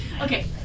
Okay